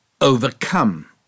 overcome